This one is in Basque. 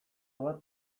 bat